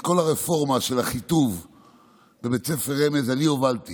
את כל הרפורמה של אחיטוב בבית ספר רמז אני הובלתי